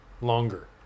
longer